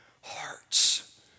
hearts